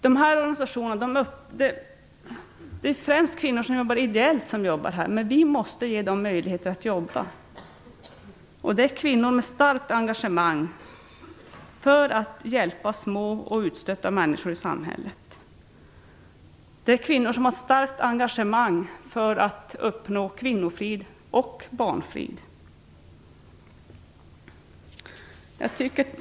Det är främst kvinnor som jobbar ideellt inom dessa organisationer, men vi måste ge dem möjligheter att verka. Det rör sig om kvinnor med ett starkt engagemang för att hjälpa små och utstötta människor i samhället. Dessa kvinnor har ett starkt engagemang för att kvinnofrid och barnfrid skall uppnås.